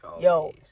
Yo